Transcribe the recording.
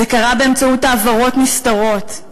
זה קרה באמצעות העברות נסתרות.